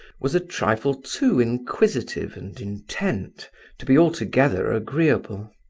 was a trifle too inquisitive and intent to be altogether agreeable.